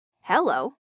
Hello